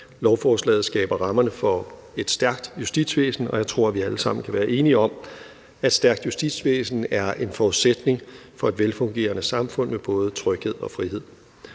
Lovforslaget skaber rammerne for et stærkt justitsvæsen, og jeg tror, vi alle sammen kan være enige om, at et stærkt justitsvæsen er en forudsætning for et velfungerende samfund med både tryghed og frihed.